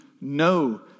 no